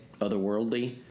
otherworldly